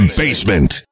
basement